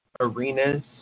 arenas